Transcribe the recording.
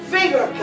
Finger